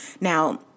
Now